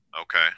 okay